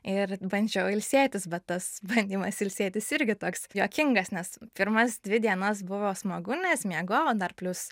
ir bandžiau ilsėtis bet tas bandymas ilsėtis irgi toks juokingas nes pirmas dvi dienas buvo smagu nes miegojau dar plius